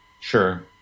Sure